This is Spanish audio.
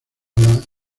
las